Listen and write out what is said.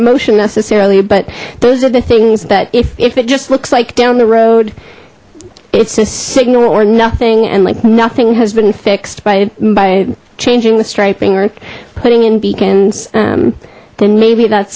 emotion necessarily but those are the things that if it just looks like down the road it's a signal or nothing and like nothing has been fixed by by changing the striping or putting in beacons then maybe that's